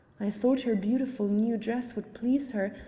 i thought her beautiful new dress would please her,